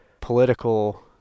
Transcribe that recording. political